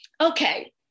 Okay